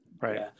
Right